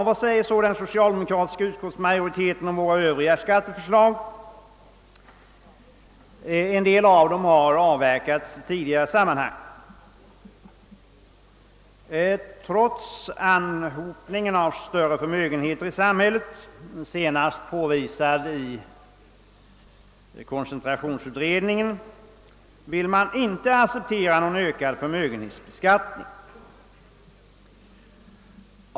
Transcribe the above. Vad säger då utskottsmajoriteten om våra Övriga skatteförslag? En del av dessa har avverkats i tidigare sammanhang. Trots anhopningen av större förmögenheter i samhället, senast påvisad av koncentrationsutredningen, vill man inte acceptera någon ökad förmögenhetsbeskattning.